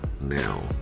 now